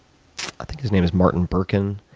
i think his name is martin berkhan,